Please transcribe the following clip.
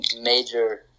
major